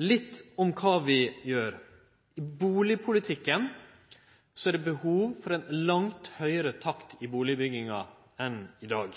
Litt om kva vi gjer: I bustadpolitikken er det behov for ein langt høgare takt i bustadbygginga enn i dag.